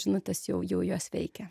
žinutės jau jau juos veikia